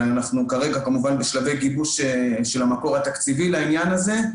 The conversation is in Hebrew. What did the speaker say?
אנחנו כרגע בשלבי גיבוש של המקור התקציבי לעניין הזה,